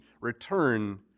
return